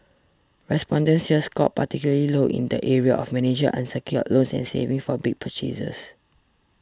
respondents here scored particularly low in the areas of managing unsecured loans and saving for big purchases